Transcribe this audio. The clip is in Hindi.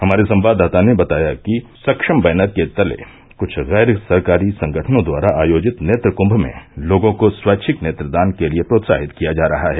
हमारे संवाददाता ने बताया है कि सक्षम बैनर के तले कुछ गैर सरकारी संगठनों द्वारा आयोजित नेत्र कूंभ में लोगों को स्वैच्छिक नेत्रदान के लिए प्रोत्साहित किया जा रहा है